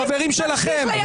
חברים שלכם.